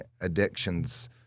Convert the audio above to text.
addictions